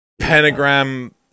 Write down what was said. pentagram